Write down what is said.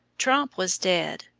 tromp was dead,